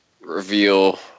reveal